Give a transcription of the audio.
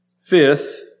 Fifth